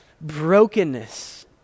brokenness